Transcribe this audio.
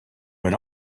when